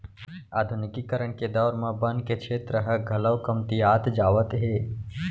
आधुनिकीकरन के दौर म बन के छेत्र ह घलौ कमतियात जावत हे